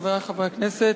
חברי הכנסת,